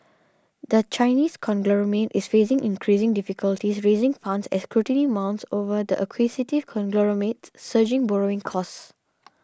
the Chinese conglomerate is facing increasing difficulties raising funds as scrutiny mounts over the acquisitive conglomerate's surging borrowing costs